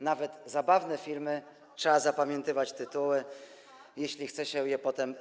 Nawet zabawnych filmów trzeba zapamiętywać tytuły, jeśli chce się je potem.